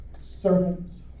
servant's